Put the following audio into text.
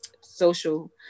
social